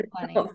funny